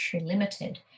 Limited